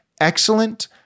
excellent